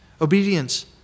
Obedience